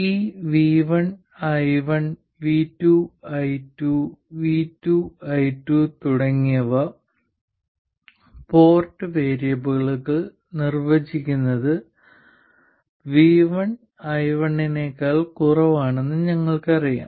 ഈ v1 i1 v2 i2 v2 i2 തുടങ്ങിയ port വേരിയബിളുകൾ നിർവചിക്കുന്നത് v1 i1 നേക്കാൾ കുറവാണെന്ന് ഞങ്ങൾക്കറിയാം